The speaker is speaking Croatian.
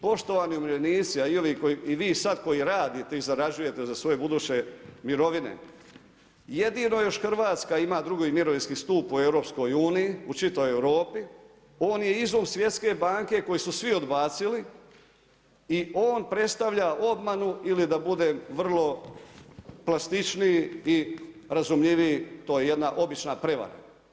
Poštovani umirovljenici a i vi sad koji radite i zarađujete za svoje buduće mirovine, jedino još Hrvatska ima II. mirovinski stup u EU, u čitavoj Europi, on je izum Svjetske banke koji su svi odbacili i on predstavlja obmanu ili da budem vrlo plastičniji i vrlo razumljiviji to je jedna obična prevara.